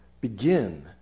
begin